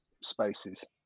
spaces